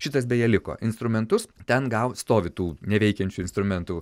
šitas beje liko instrumentus ten gaut stovi tų neveikiančių instrumentų